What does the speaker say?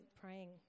praying